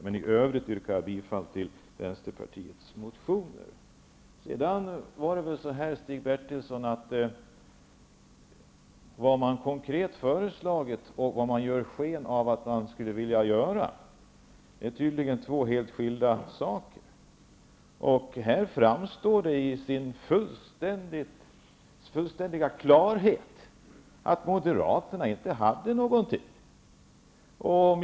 Men i övrigt yrkar jag bifall till Sedan är det tydligen så, Stig Bertilsson, att vad man konkret föreslagit och vad man gett sken av att man skulle göra är två helt skilda saker. Här framstår det fullständigt klart att Moderaterna inte hade någonting att komma med.